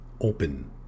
Open